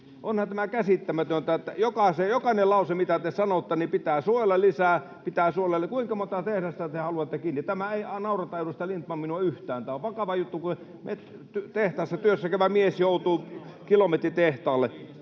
Onhan tämä käsittämätöntä, että jokainen lause, mitä te sanotte, on, että pitää suojella lisää, pitää suojella. Kuinka monta tehdasta te haluatte kiinni? Tämä ei naurata, edustaja Lindtman, minua yhtään. Tämä on vakava juttu, kun tehtaassa töissä käyvä mies joutuu kilometritehtaalle.